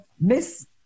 Miss